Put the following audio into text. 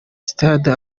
stade